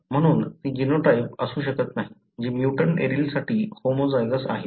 म्हणून ती जीनोटाइप असू शकत नाही जी म्युटंट एलीलसाठी होमोझायगोस आहे